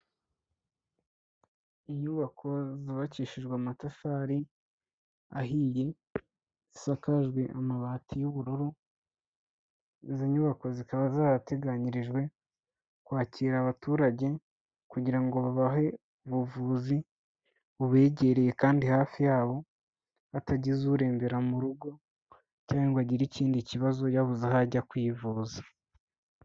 Inyubako zubakishijwe amatafari ahiye, zisakajwe amabati y'ubururu, izi nyubako zikaba zarateganyirijwe kwakira abaturage kugira ngo babahe ubuvuzi bubegereye kandi hafi yabo hatagize urembera mu rugo, cyangwa agire ikindi kibazo yabuze aho ajya kwivuza.